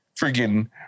freaking